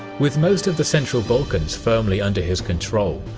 with most of the central balkans firmly under his control,